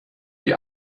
die